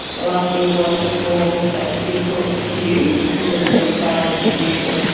the last thing you want is a form that's difficult to use and doesn't empathise with the user.